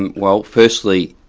and well firstly,